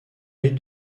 les